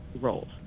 roles